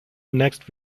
next